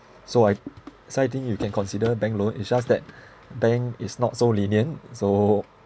so I so I think you can consider bank loan is just that bank is not so lenient so